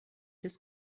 his